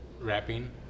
rapping